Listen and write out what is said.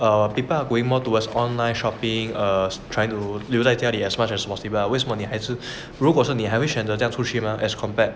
err people are going more towards online shopping err trying to 留在家里 as much as possible lah 为什么你还是如果说你还是会选择这样出去 mah as compared